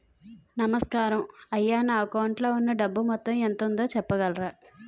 నమస్కారం అయ్యా నా అకౌంట్ లో ఉన్నా డబ్బు మొత్తం ఎంత ఉందో చెప్పగలరా?